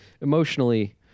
emotionally